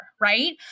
Right